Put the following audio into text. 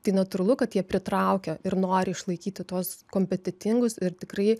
tai natūralu kad jie pritraukia ir nori išlaikyti tuos kompetentingus ir tikrai